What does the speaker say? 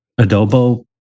adobo